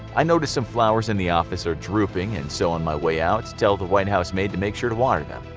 i notice some flowers in the office are drooping and so on my way out tell the white house maid to make sure to water them.